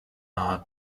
are